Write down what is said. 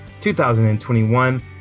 2021